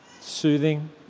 soothing